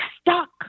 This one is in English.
stuck